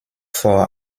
vor